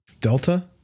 Delta